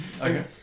Okay